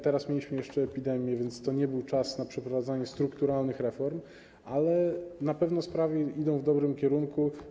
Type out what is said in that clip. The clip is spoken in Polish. Teraz mieliśmy jeszcze epidemię, więc to nie był czas na przeprowadzanie strukturalnych reform, ale na pewno sprawy idą w dobrym kierunku.